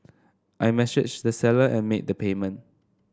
I messaged the seller and made the payment